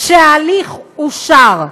שההליך אושר,